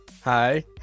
Hi